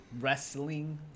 Wrestling